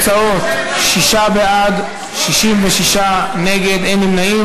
התוצאות: שישה בעד, 66 נגד, אין נמנעים.